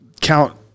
Count